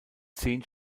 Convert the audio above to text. zehn